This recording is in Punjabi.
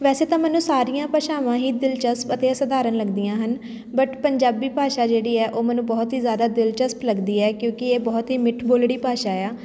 ਵੈਸੇ ਤਾਂ ਮੈਨੂੰ ਸਾਰੀਆਂ ਭਾਸ਼ਾਵਾਂ ਹੀ ਦਿਲਚਸਪ ਅਤੇ ਸਧਾਰਨ ਲੱਗਦੀਆਂ ਹਨ ਬਟ ਪੰਜਾਬੀ ਭਾਸ਼ਾ ਜਿਹੜੀ ਹੈ ਉਹ ਮੈਨੂੰ ਬਹੁਤ ਹੀ ਜ਼ਿਆਦਾ ਦਿਲਚਸਪ ਲੱਗਦੀ ਹੈ ਕਿਉਂਕਿ ਇਹ ਬਹੁਤ ਹੀ ਮਿੱਠ ਬੋਲੜੀ ਭਾਸ਼ਾ ਆ